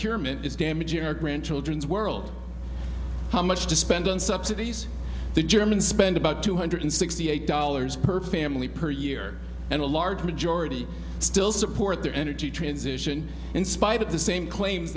is damaging our grandchildren's world how much to spend on subsidies the german spend about two hundred sixty eight dollars per family per year and a large majority still support their energy transition in spite of the same claim